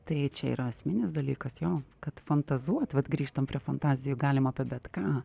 tai čia yra esminis dalykas jo kad fantazuot vat grįžtam prie fantazijų galim apie bet ką